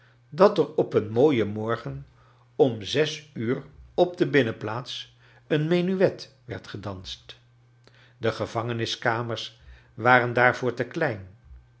dat er op een mooien morgen om zes uur op de binnenplaats een menuet werd gedanst de gevangeniskamers waren daarvoor te klein